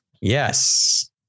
Yes